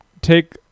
take